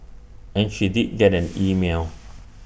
and she did get an email